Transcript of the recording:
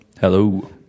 hello